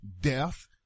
death